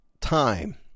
time